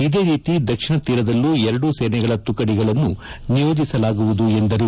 ಇದೇ ರೀತಿ ದಕ್ಷಿಣ ತೀರದಲ್ಲೂ ಎರಡೂ ಸೇನೆಗಳ ತುಕಡಿಗಳನ್ನು ನಿಯೋಗಿಸಲಾಗುವುದು ಎಂದರು